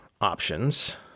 options